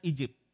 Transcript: Egypt